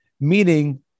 meaning